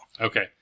Okay